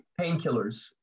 painkillers